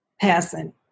passing